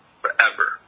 forever